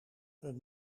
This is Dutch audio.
een